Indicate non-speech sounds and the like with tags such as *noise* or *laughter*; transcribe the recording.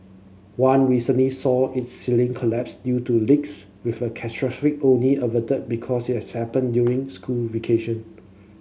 one recently saw its ceiling collapse due to leaks with a *unintelligible* only averted because it has happened during school vacation